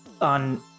On